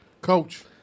Coach